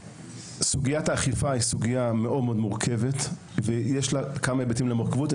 סוגיית האכיפה היא סוגיה מאוד מורכבת ויש כמה היבטים למורכבות שבה.